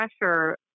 pressure